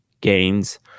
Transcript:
gains